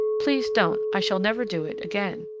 please don't, i shall never do it again.